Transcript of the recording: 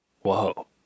Whoa